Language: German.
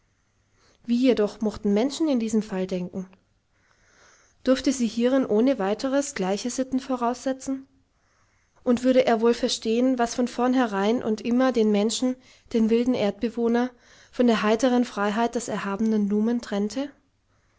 wie jedoch mochten menschen in diesem fall denken durfte sie hierin ohne weiteres gleiche sitten voraussetzen und würde er wohl verstehen was von vornherein und immer den menschen den wilden erdbewohner von der heiteren freiheit des erhabenen numen trennte